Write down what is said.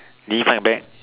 did he fight back